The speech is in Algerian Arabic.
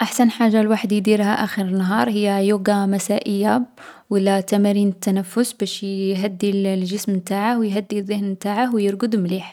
أحسن حاجة الواحد يديرها آخر النهار هي يوغا مسائية و لا تمارين التنفس باش يـ يهدي الـ الجسم نتاعه و يهدّي الذهن نتاعه و يرقد مليح.